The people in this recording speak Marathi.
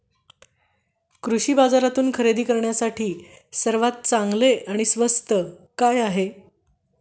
कृषी बाजारातून खरेदी करण्यासाठी सर्वात चांगले आणि स्वस्त काय आहे?